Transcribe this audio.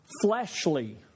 fleshly